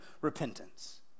repentance